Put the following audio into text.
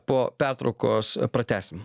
po pertraukos pratęsim